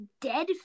dead